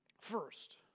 First